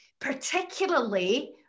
particularly